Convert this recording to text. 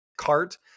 cart